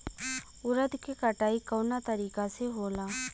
उरद के कटाई कवना तरीका से होला?